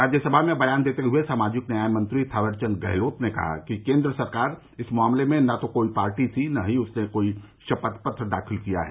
राज्यसभा में बयान देते हुए सामाजिक न्याय मंत्री थावर चंद गहलोत ने कहा कि केन्द्र सरकार इस मामले में न तो कोई पार्टी थी और न ही उसने कोई शपथ पत्र दाखिल किया है